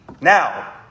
now